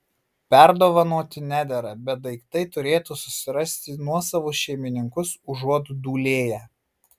perdovanoti nedera bet daiktai turėtų susirasti nuosavus šeimininkus užuot dūlėję